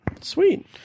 Sweet